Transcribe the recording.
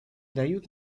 дают